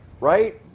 right